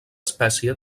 espècie